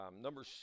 Number